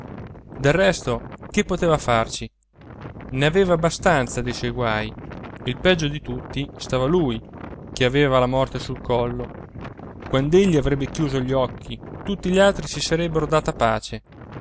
del resto che poteva farci ne aveva abbastanza dei suoi guai il peggio di tutti stava lui che aveva la morte sul collo quand'egli avrebbe chiuso gli occhi tutti gli altri si sarebbero data pace